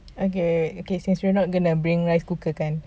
okay okay since we're not gonna bring rice cooker kan